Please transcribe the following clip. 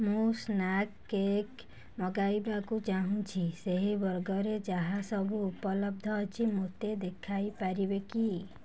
ମୁଁ snacks cake ମଗାଇବାକୁ ଚାହୁଁଛି ସେହି ବର୍ଗରେ ଯାହା ସବୁ ଉପଲବ୍ଧ ଅଛି ମୋତେ ଦେଖାଇପାରିବେ କି